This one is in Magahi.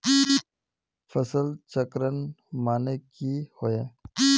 फसल चक्रण माने की होय?